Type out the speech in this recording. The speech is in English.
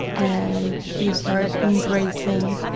and he started embracing,